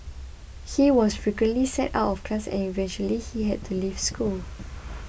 he was frequently sent out of class and eventually he had to leave school